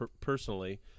personally